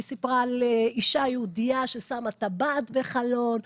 היא סיפרה על אישה יהודייה ששמה טבעת בחלון,